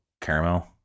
caramel